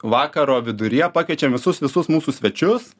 vakaro viduryje pakviečiam visus visus mūsų svečius